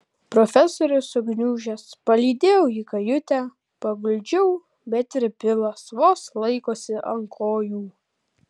profesorius sugniužęs palydėjau į kajutę paguldžiau bet ir bilas vos laikosi ant kojų